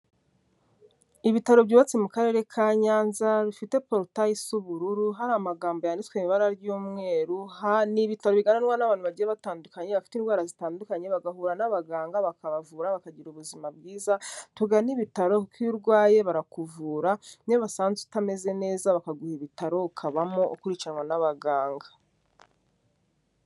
Ibitaro byubatse mu Karere ka Nyanza bifite porutaye isa ubururu, hari amagambo yanditswe mu ibara ry'umweru, ni ibitaro biganwa n'abantu bagiye batandukanye, bafite indwara zitandukanye, bagahura n'abaganga bakabavura bakagira ubuzima bwiza, tugane ibitaro kuko iyo urwaye barakuvura niyo basanze utameze neza bakaguha ibitaro ukabamo ukurikiranwa n'abaganga.